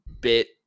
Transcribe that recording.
bit